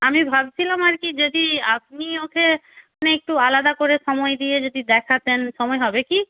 আমি ভাবছিলাম আর কি যদি আপনি ওকে মানে একটু আলাদা করে সময় দিয়ে যদি দেখাতেন সময় হবে কি